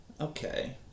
Okay